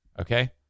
Okay